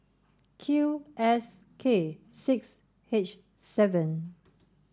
Q S K six H seven